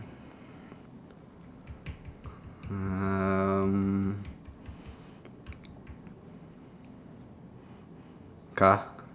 car